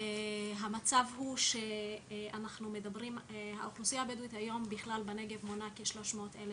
המצב הוא שהאוכלוסייה הבדואית היום בנגב מונה כ-300,000